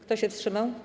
Kto się wstrzymał?